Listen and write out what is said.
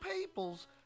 peoples